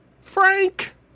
Frank